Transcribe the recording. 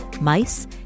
mice